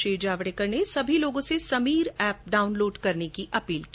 श्री जावड़ेकर ने सभी लोगों से समीर एप डाउनलोड करने की अपील की